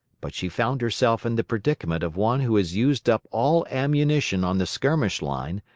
but she found herself in the predicament of one who has used up all ammunition on the skirmish-line,